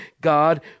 God